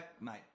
mate